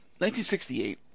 1968